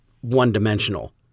one-dimensional